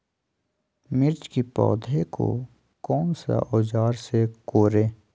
मिर्च की पौधे को कौन सा औजार से कोरे?